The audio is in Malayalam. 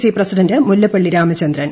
C president Mullappally Ramachandran